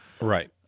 Right